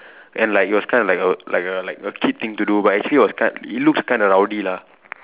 and like it was kind of like a like a like a kid thing to do but actually it was ki it looks kind of rowdy lah